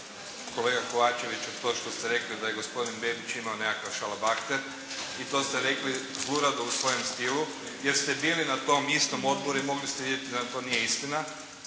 kolega Kovačeviću to što ste rekli da je gospodin Bebić imao nekakav šalabahter. I to ste rekli zlurado u svojem stilu jer ste bili na tom istom odboru i mogli ste vidjeti da to nije istina.